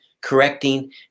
correcting